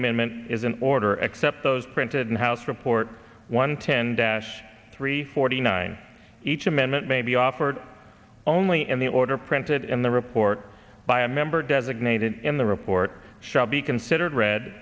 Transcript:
amendment is an order accept those printed in house report one ten dash three forty nine each amendment may be offered only in the order printed in the report by a member designate and the report shall be considered re